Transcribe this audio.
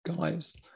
guys